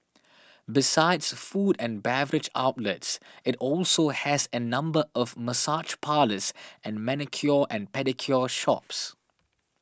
besides food and beverage outlets it also has a number of massage parlours and manicure and pedicure shops